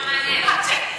40 דקות,